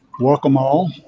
welcome all.